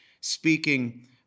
speaking